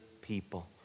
people